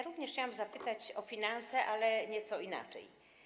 Również chciałam zapytać o finanse, ale nieco inaczej.